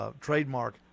trademark